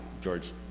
George